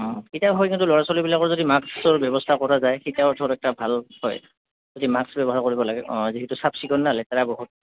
কেতিয়া হয় কিন্তু ল'ৰা ছোৱালীবিলাকৰ যদি মাক্সৰ ব্যৱস্থা কৰা যায় তেতিয়া ওথত এটা ভাল হয় যদি মাক্স ব্যৱহাৰ কৰিব লাগে অঁ যিহেতু চাফ চিকুণ না লেতেৰা বহুত